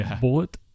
bullet